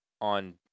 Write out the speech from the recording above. on